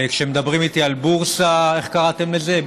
כשמדברים איתי על בורסה, איך קראתם לזה?